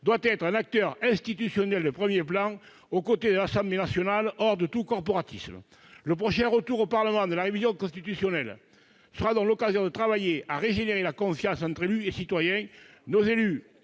doit être un acteur institutionnel de premier plan, aux côtés de l'Assemblée nationale, hors de tout corporatisme. Le prochain retour au Parlement de la révision constitutionnelle sera donc l'occasion de travailler à régénérer la confiance entre élus et citoyens. Nos élus